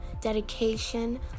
dedication